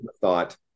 thought